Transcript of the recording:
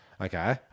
Okay